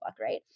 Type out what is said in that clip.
right